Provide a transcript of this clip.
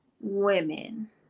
women